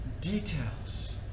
details